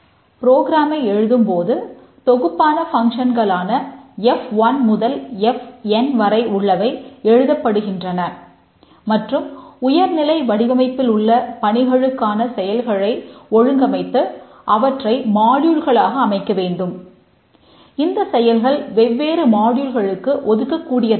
ப்ரோக்ராமை ஒதுக்கக் கூடியதாக இருக்கும்